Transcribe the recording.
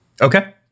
Okay